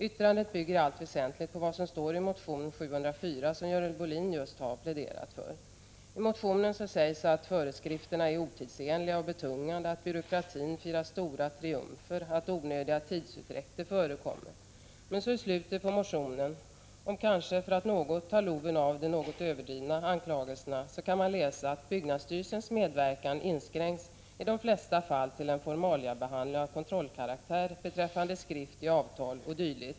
Yttrandet bygger i allt väsentligt på vad som står i motion Fi704 som Görel Bohlin just har pläderat för. I motionen sägs att föreskrifterna är otidsenliga och betungande, att byråkratin firar stora triumfer och att onödiga tidsutdräkter förekommer. Men i slutet på motionen, kanske för att något ta loven av de något överdrivna anklagelserna, kan man läsa att byggnadsstyrelsens medverkan i de flesta fall inskränks till en formaliabehandling av kontrollkaraktär beträffande skrift i avtal o. d.